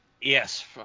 Yes